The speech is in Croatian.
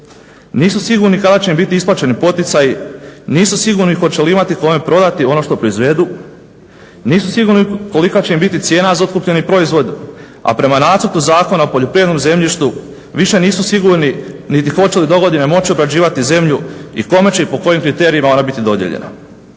Nisu sigurni kada će im biti isplaćeni poticaji, nisu sigurni hoće li imati kome prodati ono što proizvedu, nisu sigurni kolika će im biti cijena za otkupljeni proizvod, a prema nacrtu Zakona o poljoprivrednom zemljištu više nisu sigurni niti hoće li dogodine moći obrađivati zemlju i kome će i po kojim kriterijima ona biti dodijeljena.